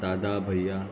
दादा भैया